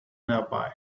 nearby